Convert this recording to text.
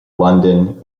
london